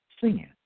sin